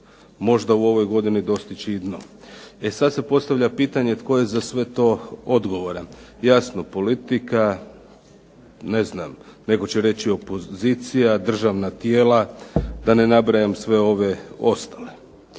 možda u ovoj godini dostići i dno. E, sad se postavlja pitanje tko je za sve to odgovoran? Jasno politika, ne znam, netko će reći opozicija, državna tijela, da ne nabrajam sve ove ostale.